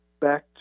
back